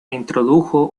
introdujo